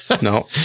No